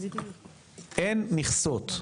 אין מכסות.